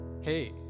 Hey